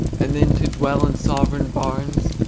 and then to dwell in sovereign barns,